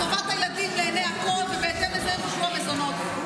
טובת הילדים לעיני הכול ובהתאם לזה תשלום המזונות.